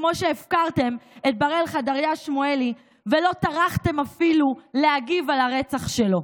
כמו שהפקרתם את בראל חדריה שמואלי ולא טרחתם אפילו להגיב על הרצח שלו.